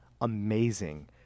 amazing